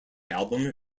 album